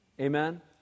Amen